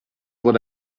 what